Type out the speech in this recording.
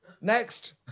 Next